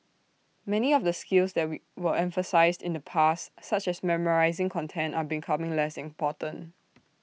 many of the skills that we were emphasised in the past such as memorising content are becoming less important